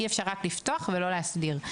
אי אפשר רק לפתוח ולא להסדיר.